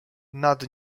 nad